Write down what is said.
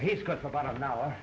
he's got about an hour